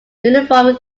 uniform